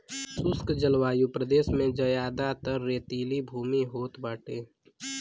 शुष्क जलवायु प्रदेश में जयादातर रेतीली भूमि होत बाटे